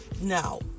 now